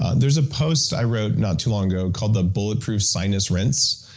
and there's a post i wrote not too long ago called the bulletproof sinus rinse,